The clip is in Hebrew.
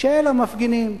של המפגינים,